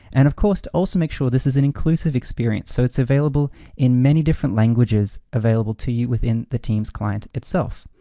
and of course to also make sure this is an inclusive experience. so it's available in many different languages available to you within the teams client itself.